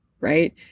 right